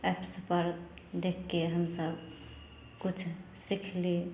apps पर देखके हमसब किछु सीखली